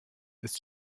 ist